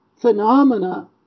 phenomena